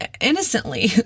innocently